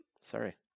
Sorry